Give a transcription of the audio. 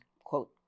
quote